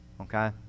Okay